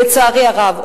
לצערי הרב,